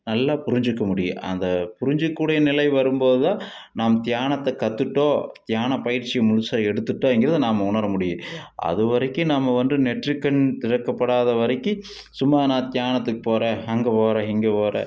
நல்லா புரிஞ்சிக்க முடியும் அந்த புரிஞ்சிக்க கூடிய நிலை வரும் போது தான் நாம் தியானத்தை கத்துட்டோம் தியான பயிற்சி முழுசாக எடுத்துகிட்டோம்ங்கறத நாம் உணர முடியும் அது வரைக்கும் நம்ம வந்து நெற்றிக்கண் திறக்க படாத வரைக்கும் சும்மா நான் தியானத்துக்கு போகிறேன் அங்கே போகிறேன் இங்கே போகிறேன்